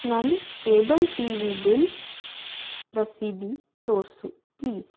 ನನ್ನ cable T V bill ರಸೀದಿ ತೋರಿಸು ಪ್ಲೀಸ್